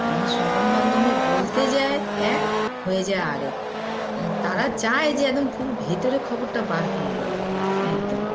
মানুষ সংবাদ মাধ্যমে বলতে যায় এক হয়ে যায় আরেক তারা চায় যে একদম পুরো ভেতরের খবরটা বার করে দেয় একদম